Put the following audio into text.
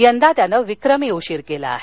यंदा त्यानं विक्रमी उशीर केला आहे